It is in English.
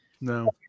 no